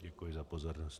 Děkuji za pozornost.